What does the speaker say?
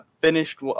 Finished